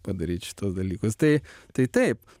padaryt šituos dalykus tai tai taip